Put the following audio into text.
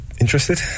interested